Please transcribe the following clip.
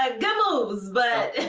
ah moves but,